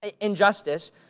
injustice